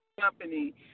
company